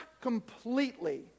completely